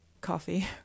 coffee